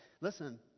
Listen